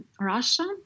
Russia